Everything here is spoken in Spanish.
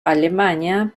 alemania